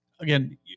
Again